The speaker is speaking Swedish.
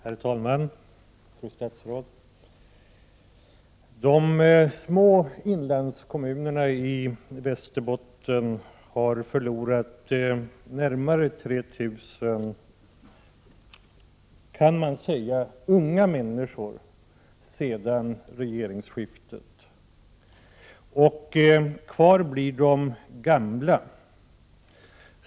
Herr talman! Fru statsråd! De små inlandskommunerna i Västerbotten har, kan man säga, förlorat närmare 3 000 unga människor sedan regeringsskiftet. Kvar blir de gamla.